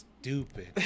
stupid